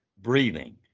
Breathing